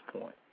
point